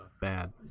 Bad